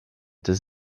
does